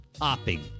hopping